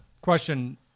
Question